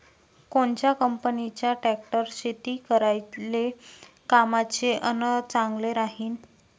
कोनच्या कंपनीचा ट्रॅक्टर शेती करायले कामाचे अन चांगला राहीनं?